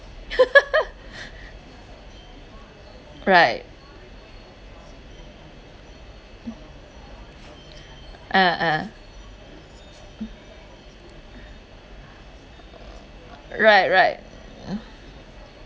right ah ah right right uh